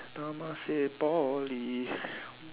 Temasek Poly